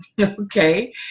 okay